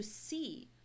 see